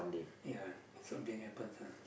ya something happens ah